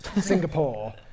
Singapore